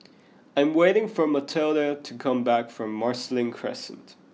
I am waiting for Matilde to come back from Marsiling Crescent